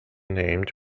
named